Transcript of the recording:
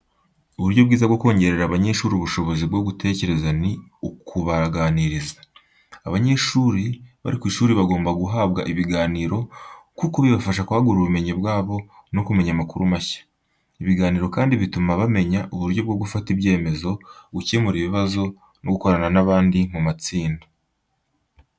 Uburyo bwiza bwo kongerera abanyeshuri ubushobozi bwo gutekereza ni ukubaganiriza. Abanyeshuri bari ku ishuri bagomba guhabwa ibiganiro kuko bibafasha kwagura ubumenyi bwabo no kumenya amakuru mashya. Ibiganiro kandi bituma bamenya uburyo bwo gufata ibyemezo, gukemura ibibazo no gukorana n'abandi mu matsinda.